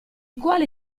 quali